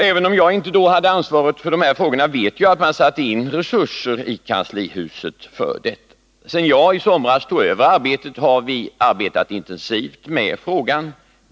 Även om jag inte då hade ansvaret för dessa frågor vet jag att man satte in resurser i kanslihuset för detta. Sedan jag i somras tog över arbetet har vi ägnat oss intensivt åt frågan.